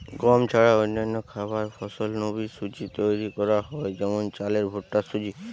গম ছাড়া অন্যান্য খাবার ফসল নু বি সুজি তৈরি করা হয় যেমন চালের ভুট্টার সুজি